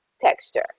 texture